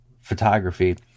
photography